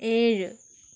ഏഴ്